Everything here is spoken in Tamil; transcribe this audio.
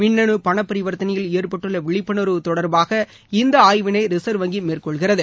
மின்னனு பண பரிவர்த்தனையில் ஏற்பட்டுள்ள விழிப்புணர்வு தொடர்பாக இந்த ஆய்வினை ரிசர்வ் வங்கி மேற்கொள்கிறது